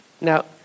Now